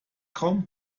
kaum